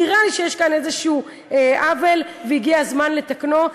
נראה לי שיש כאן איזה עוול והגיע הזמן לתקנו.